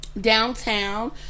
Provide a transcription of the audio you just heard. downtown